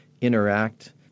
interact